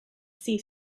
see